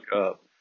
up